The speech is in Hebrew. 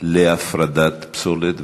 להפרדת פסולת,